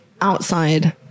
outside